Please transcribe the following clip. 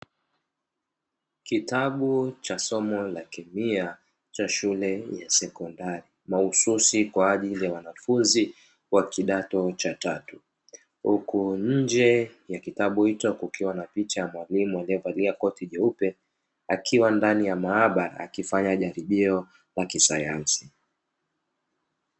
Kitabu cha somo la kemia cha shule ya sekondari mahususi kwa ajili ya wanafunzi wa kidato cha tatu, huku nje ya kitabu hicho kukiwa picha ya mwalimu alievalia koti jeupe akiwa ndani ya maabara akifanya jaribio la kisayansi.